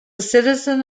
citizen